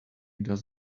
does